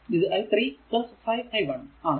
ഇത് i 3 5 i 1 ആണ്